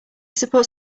supports